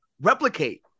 replicate